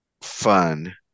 fun